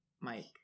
Mike